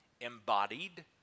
embodied